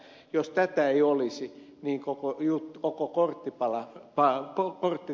jos tätä ei olisi niin koko korttitalo romahtaisi